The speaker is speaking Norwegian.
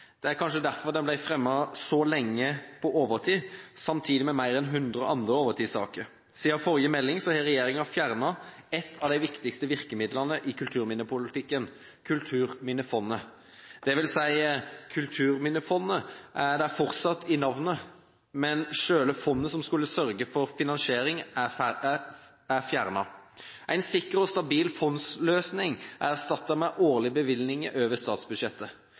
Det er kanskje derfor den ble fremmet så mye på overtid – samtidig med mer enn 100 andre overtidssaker. Siden forrige melding har regjeringen fjernet et av de viktigste virkemidlene i kulturminnepolitikken: Kulturminnefondet. Det vil si: Kulturminnefondet er der fortsatt i navnet, men selve fondet som skulle sørge for finansiering, er fjernet. En sikker og stabil fondsløsning er erstattet med årlige bevilgninger over statsbudsjettet.